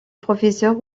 professeur